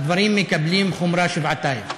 הדברים מקבלים חומרה שבעתיים.